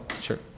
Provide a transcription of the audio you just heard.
sure